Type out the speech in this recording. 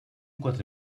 quatre